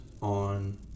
on